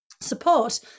support